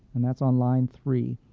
and that's on line three,